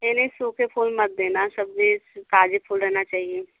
नहीं नहीं सूखे फूल मत देना सब जो ताज़े फूल रहना चाहिए